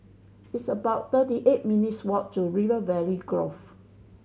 it's about thirty eight minutes' walk to River Valley Grove